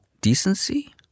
decency